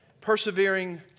Persevering